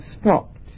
stopped